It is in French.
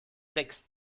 texte